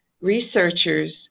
researchers